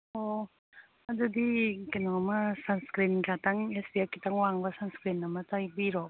ꯑꯣ ꯑꯗꯨꯗꯤ ꯀꯩꯅꯣꯝꯃ ꯁꯟꯁ꯭ꯀꯔꯤꯟ ꯈꯇꯪ ꯑꯦꯁ ꯄꯤ ꯑꯦꯐ ꯈꯤꯇꯪ ꯋꯥꯡꯕ ꯁꯟꯁ꯭ꯀꯔꯤꯟ ꯑꯃ ꯇꯩꯕꯤꯔꯣ